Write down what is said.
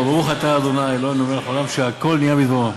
ברוך אתה ה' אלוהינו מלך העולם שהכול נהיה בדברו.